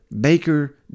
baker